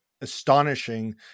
astonishing